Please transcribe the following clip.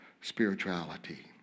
spirituality